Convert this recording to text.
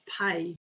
pay